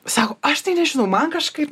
sako aš tai nežinau man kažkaip